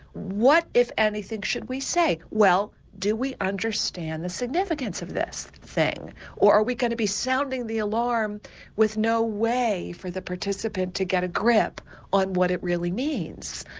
what, if anything, should we say? well do we understand the significance of this thing or are we going to be sounding the alarm with no way for the participant to get a grip on what it really means.